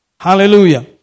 Hallelujah